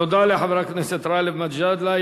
תודה לחבר הכנסת גאלב מג'אדלה.